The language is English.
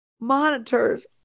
monitors